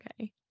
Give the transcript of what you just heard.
okay